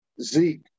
Zeke